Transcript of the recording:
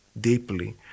deeply